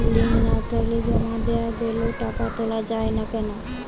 Link না থাকলে জমা দেওয়া গেলেও টাকা তোলা য়ায় না কেন?